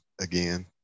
again